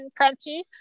crunchy